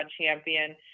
champion